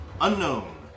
Unknown